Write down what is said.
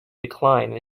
decline